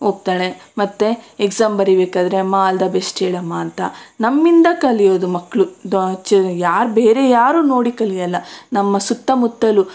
ಹೋಗ್ತಾಳೆ ಮತ್ತೆ ಎಕ್ಸಾಮ್ ಬರೀಬೇಕಾದ್ರೆ ಅಮ್ಮಾ ಆಲ್ ದ ಬೆಸ್ಟ್ ಹೇಳಮ್ಮಾ ಅಂತ ನಮ್ಮಿಂದ ಕಲಿಯೋದು ಮಕ್ಕಳು ಯಾರು ಬೇರೆ ಯಾರು ನೋಡಿ ಕಲಿಯಲ್ಲ ನಮ್ಮ ಸುತ್ತಮುತ್ತಲು